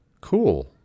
Cool